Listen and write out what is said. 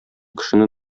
кешене